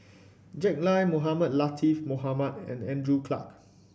Jack Lai Mohamed Latiff Mohamed and Andrew Clarke